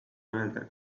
öelda